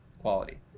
quality